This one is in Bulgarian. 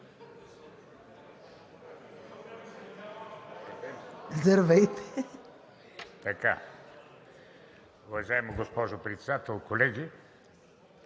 Здравейте,